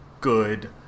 good